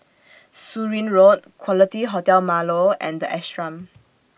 Surin Road Quality Hotel Marlow and The Ashram